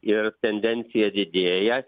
ir tendencija didėja